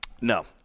No